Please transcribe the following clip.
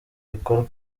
bikorwa